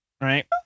right